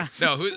No